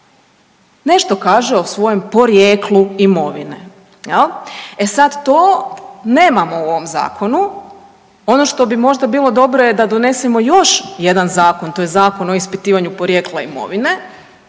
nešto kaže o svojem porijeklu imovine. E sad, to, nemamo u ovom zakonu. Ono što bi možda bilo dobro je da donesemo još jedan zakon jedan zakon, to je Zakon o ispitivanju porijekla imovine